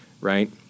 right